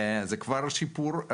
זה כבר שיפור,